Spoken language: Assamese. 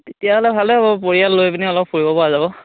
তেতিয়াহ'লে ভালে হ'ব পৰিয়াল লৈ পিনে অলপ ফুৰিব পৰা যাব